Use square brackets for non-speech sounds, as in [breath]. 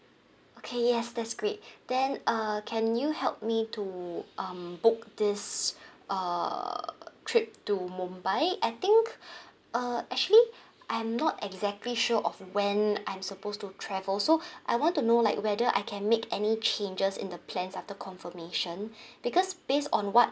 okay yes that's great then uh can you help me to um book this err trip to mumbai I think [breath] err actually I'm not exactly sure of when I'm supposed to travel so I want to know like whether I can make any changes in the plans after confirmation [breath] because based on what